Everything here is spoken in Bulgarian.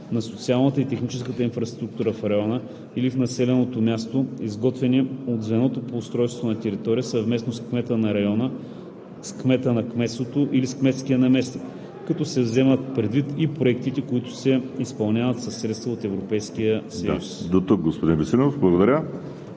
на социалната и техническата инфраструктура в района или в населеното място, изготвени от звеното по устройство на територията, съвместно с кмета на района, с кмета на кметството или с кметския наместник, като се вземат предвид и проектите, които се изпълняват със средства от Европейския съюз.“ ПРЕДСЕДАТЕЛ ВАЛЕРИ СИМЕОНОВ: